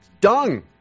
Dung